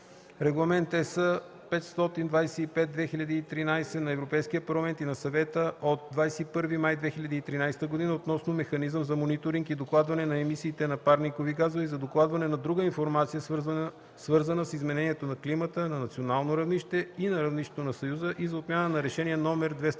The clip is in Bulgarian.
Регламент (ЕС) № 525/2013 на Европейския парламент и на Съвета от 21 май 2013 г. относно механизъм за мониторинг и докладване на емисиите на парникови газове и за докладване на друга информация, свързана с изменението на климата, на национално равнище и на равнището на Съюза и за отмяна на Решение №